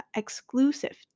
exclusive